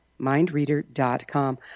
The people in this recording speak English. mindreader.com